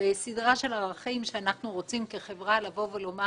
בסדרה של ערכים שאנחנו כחברה רוצים לומר